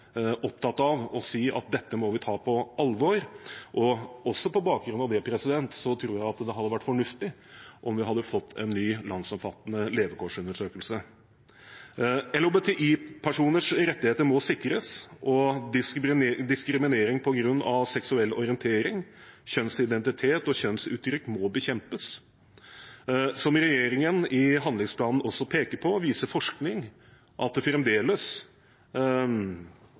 opptatt av å si at dette må vi ta på alvor, og også på bakgrunn av det tror jeg det hadde vært fornuftig om vi hadde fått en ny landsomfattende levekårsundersøkelse. LHBTI-personers rettigheter må sikres, og diskriminering på grunn av seksuell orientering, kjønnsidentitet og kjønnsuttrykk må bekjempes. Som regjeringen i handlingsplanen også peker på, viser forskning at det fremdeles